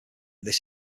this